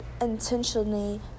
Intentionally